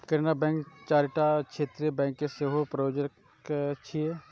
Canara bank चारिटा क्षेत्रीय bank के सेहो प्रायोजक छियै